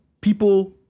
people